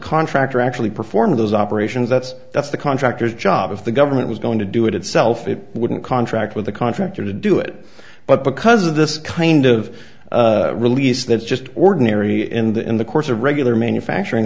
contractor actually performed those operations that's that's the contractors job if the government was going to do it itself it wouldn't contract with the contractor to do it but because of this kind of release that's just ordinary in the in the course of regular main factoring